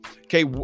okay